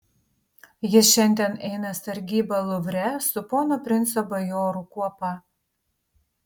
jis šiandien eina sargybą luvre su pono princo bajorų kuopa